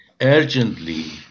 urgently